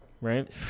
right